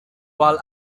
while